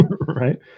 Right